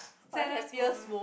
saddest moment